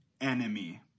enemy